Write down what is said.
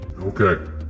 okay